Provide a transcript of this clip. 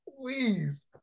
Please